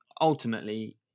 ultimately